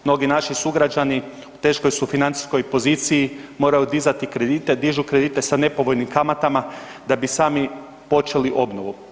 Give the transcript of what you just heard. Mnogi naši sugrađani u teškoj su financijskoj poziciji morali dizati kredite, dižu kredite sa nepovoljnim kamatama da bi sami počeli obnovu.